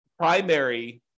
Primary